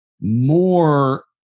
more